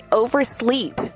oversleep